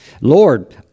Lord